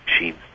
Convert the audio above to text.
machines